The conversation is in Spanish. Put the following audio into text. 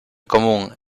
común